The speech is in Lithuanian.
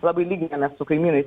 labai lyginamės su kaimynais